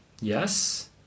Yes